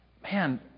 man